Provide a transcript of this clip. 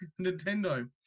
Nintendo